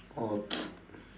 or